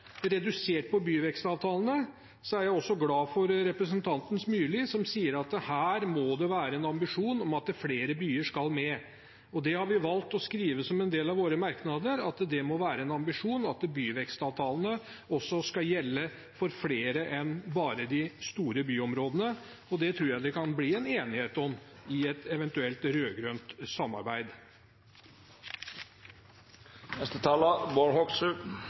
redusert på byvekstavtalene, er jeg glad for at representanten Myrli sier det må være en ambisjon om at flere byer skal med. Vi har valgt å skrive som en del av våre merknader at det må være en ambisjon at byvekstavtalene skal gjelde for flere enn bare de store byområdene. Det tror jeg det kan bli en enighet om i et eventuelt